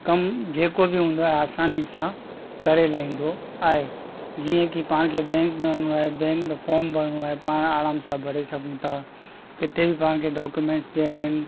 कमु जेको बि हूंदो आहे आसानी सां करे लाहींदो आहे जीअं की पाण खे बैंक में वञिणो आहे बैंक में फॉम भरिणो आहे पाण आराम सां भरे सघूं था किथे बि पाण खे डॉक्यूमेंट्स ॾियणा आहिनि